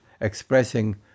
expressing